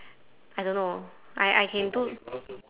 I don't know I I can do